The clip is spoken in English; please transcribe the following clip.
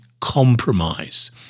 compromise